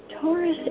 Taurus